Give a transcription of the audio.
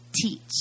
Teach